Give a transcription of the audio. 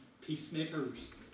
peacemakers